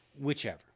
Whichever